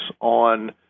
on